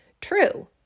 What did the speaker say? true